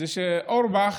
שאורבך